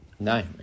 No